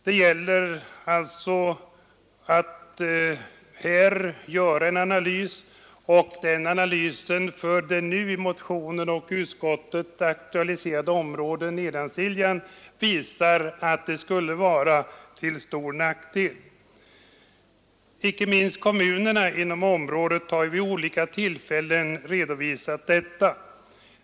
Det gäller alltså att göra en analys, och en sådan analys för det i motionen aktualiserade området Nedansiljan visar att en indragning skulle vara till stor nackdel. Icke minst kommunerna inom området har ju vid olika tillfällen redovisat detta.